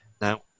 Now